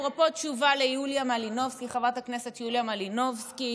אפרופו תשובה לחברת הכנסת יוליה מלינובסקי,